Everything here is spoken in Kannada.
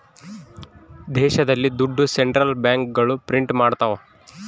ದೇಶದಲ್ಲಿ ದುಡ್ಡು ಸೆಂಟ್ರಲ್ ಬ್ಯಾಂಕ್ಗಳು ಪ್ರಿಂಟ್ ಮಾಡ್ತವ